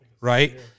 right